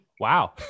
Wow